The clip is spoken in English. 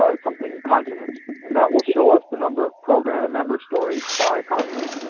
ah something continents and that will show us the number of program and members stories by continent.